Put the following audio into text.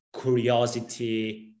curiosity